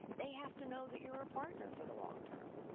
they have to know that you're a partner for the long-term.